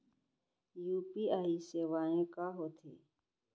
UPI सेवाएं का होथे?